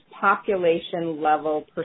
population-level